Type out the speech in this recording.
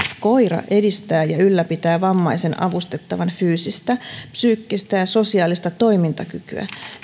koira edistää ja ylläpitää vammaisen avustettavan fyysistä psyykkistä ja sosiaalista toimintakykyä